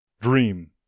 Dream